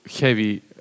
heavy